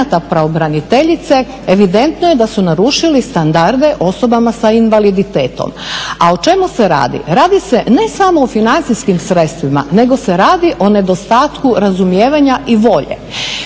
i dokumenata pravobraniteljice evidentno je da su narušili standarde osobama sa invaliditetom. A o čemu se radi? Radi se ne samo o financijskim sredstvima nego se radi o nedostatku razumijevanja i volje.